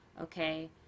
okay